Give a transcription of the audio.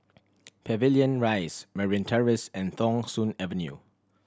Pavilion Rise Merryn Terrace and Thong Soon Avenue